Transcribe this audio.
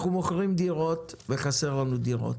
אנחנו מוכרים דירות, וחסרות לנו דירות.